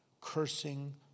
Cursing